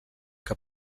que